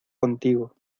contigo